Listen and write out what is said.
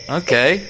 okay